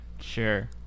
Sure